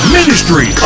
Ministry